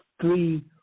three